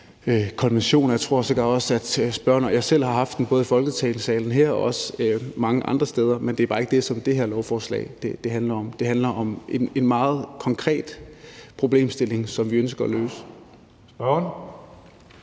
jeg tror sikkert også, at spørgeren og jeg selv har haft den diskussion i både Folketingssalen her og også mange andre steder, men det er bare ikke det, som det her lovforslag handler om. Det handler om en meget konkret problemstilling, som vi ønsker at løse.